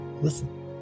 listen